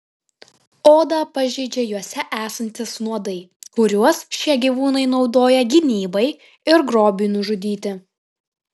odą pažeidžia juose esantys nuodai kuriuos šie gyvūnai naudoja gynybai ir grobiui nužudyti